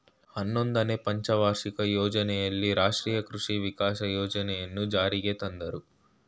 ಹನ್ನೊಂದನೆನೇ ಪಂಚವಾರ್ಷಿಕ ಯೋಜನೆಯಲ್ಲಿ ರಾಷ್ಟ್ರೀಯ ಕೃಷಿ ವಿಕಾಸ ಯೋಜನೆಯನ್ನು ಜಾರಿಗೆ ತಂದರು